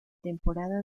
temporada